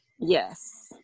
yes